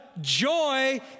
Joy